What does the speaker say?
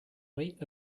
wait